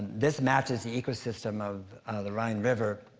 this matches the ecosystem of the rhine river.